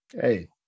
Hey